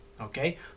Okay